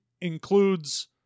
includes